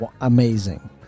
Amazing